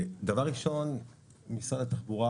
משרד התחבורה